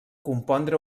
compondre